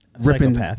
ripping